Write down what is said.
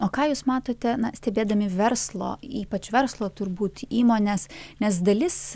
o ką jūs matote na stebėdami verslo ypač verslo turbūt įmones nes dalis